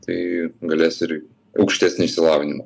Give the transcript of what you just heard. tai galės ir į aukštesnį išsilavinimą